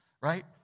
Right